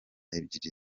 ebyiri